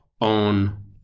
on